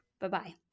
Bye-bye